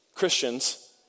Christians